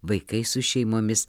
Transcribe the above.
vaikai su šeimomis